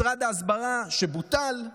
משרד ההסברה שבוטל,